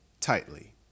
tightly